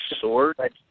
sword